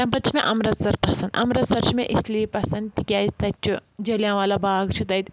تَمہِ پَتہٕ چھِ مےٚ امرَتسَر پَسنٛد اَمرتسَر چھُ مےٚ اِسلیے پَسنٛد تِکیازِ تَتہِ چھُ جٔلیاں والا باغ چھُ تَتہِ